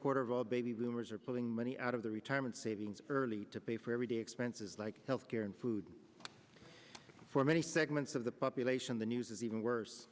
quarter of a baby boomers are pulling money out of their retirement savings early to pay for everyday expenses like health care and food for many segments of the population the news is even worse